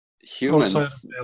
Humans